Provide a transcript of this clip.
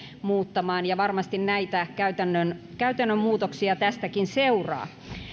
muuttamaan ja varmasti näitä käytännön käytännön muutoksia tästäkin seuraa